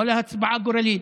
ואללה הצבעה גורלית.